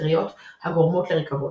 ופטריות הגורמות לריקבון,